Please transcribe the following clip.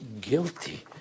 guilty